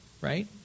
right